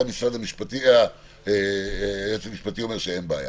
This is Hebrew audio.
גם היועץ המשפטי אומר שאין בעיה.